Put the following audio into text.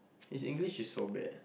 his English is so bad